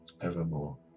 evermore